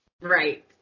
Right